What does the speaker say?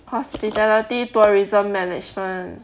hospitality tourism management